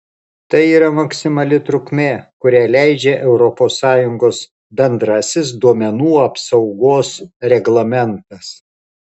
tai yra maksimali trukmė kurią leidžia europos sąjungos bendrasis duomenų apsaugos reglamentas